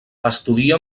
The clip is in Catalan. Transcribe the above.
estudia